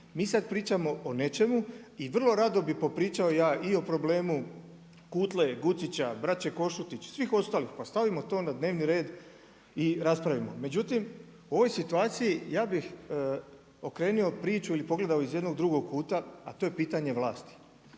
Mi sad pričamo o nečemu i vrlo rado bi popričao ja i o problemu Kutle, Gucića, braće Košutić, svih ostalih, pa stavimo to na dnevni red i raspravimo. Međutim, u ovoj situaciji ja bih okrenuo priču ili pogledao iz jednog drugog kuta a to je pitanje vlasti.